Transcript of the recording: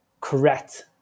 correct